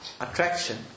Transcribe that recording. Attraction